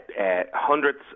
hundreds